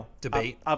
debate